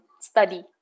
study